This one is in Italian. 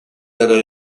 della